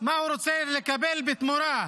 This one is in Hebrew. מה הוא רוצה לקבל בתמורה,